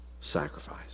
sacrifice